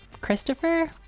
Christopher